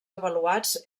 avaluats